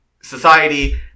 society